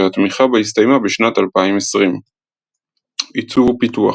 והתמיכה בה הסתיימה בשנת 2020. עיצוב ופיתוח